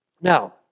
Now